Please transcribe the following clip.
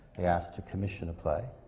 they asked to commission a play,